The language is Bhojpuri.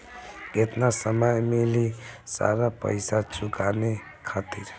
केतना समय मिली सारा पेईसा चुकाने खातिर?